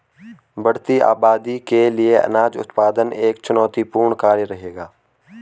बढ़ती आबादी के लिए अनाज उत्पादन एक चुनौतीपूर्ण कार्य रहेगा